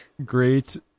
Great